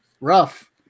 rough